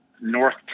North